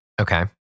okay